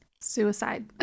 suicide